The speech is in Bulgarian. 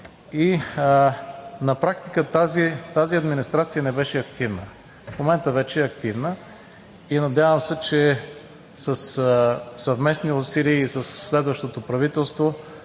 На практика тази администрация не беше активна – в момента вече е активна. И се надявам, че със съвместни усилия и със следващото правителство